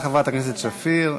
תודה, חברת הכנסת שפיר.